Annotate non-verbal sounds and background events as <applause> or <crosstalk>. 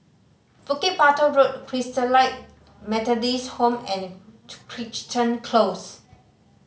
Bukit Batok Road Christalite Methodist Home and <unintelligible> Crichton Close